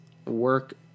Work